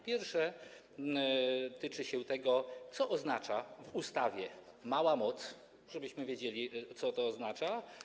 Pierwsze tyczy się tego, co oznacza w ustawie mała moc, żebyśmy wiedzieli, co to oznacza.